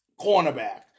cornerback